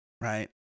right